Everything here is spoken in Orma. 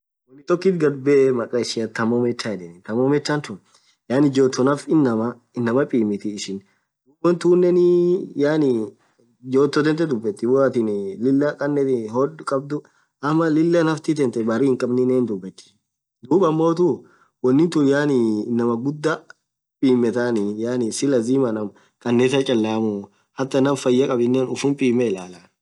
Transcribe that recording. Unni tokit ghadbee makhaa ishian thermometer. thermometer tun yaani joto naff inamaaa inamaa pimithii dhub won tuneni yaani joto thanthe dhubethi woathin Lilah khanethu hodhh khabdhu amaa lilah nafti thanthe bariii hinkhabnen hidhubethi dhub ammothu unithu yaani inamaa ghudhaa pimethani yaani si lazima ñaam khanetha chalammu hataa ñaam fayya khabinen ufum pimme ilalah